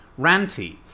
ranty